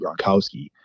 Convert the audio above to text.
Gronkowski